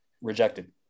rejected